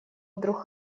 вдруг